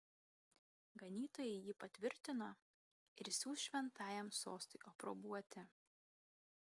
ganytojai jį patvirtino ir siųs šventajam sostui aprobuoti